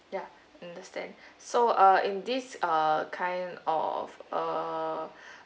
ya understand so err in this uh kind of